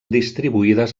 distribuïdes